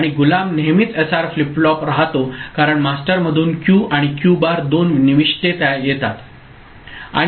आणि गुलाम नेहमीच एसआर फ्लिप फ्लॉप राहतो कारण मास्टरमधून क्यू आणि क्यू बार दोन निविष्ठे येतात ओके